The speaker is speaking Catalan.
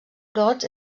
brots